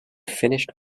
finished